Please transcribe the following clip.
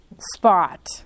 spot